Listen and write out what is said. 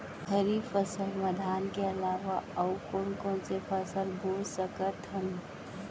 खरीफ फसल मा धान के अलावा अऊ कोन कोन से फसल बो सकत हन?